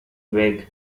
vague